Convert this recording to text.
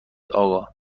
آقا